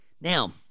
Now